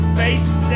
face